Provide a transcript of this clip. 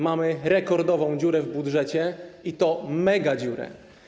Mamy rekordową dziurę w budżecie, i to megadziurę.